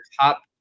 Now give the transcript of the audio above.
top